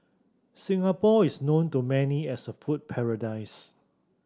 Singapore is known to many as a food paradise